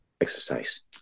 exercise